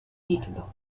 título